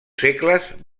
segles